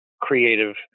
creative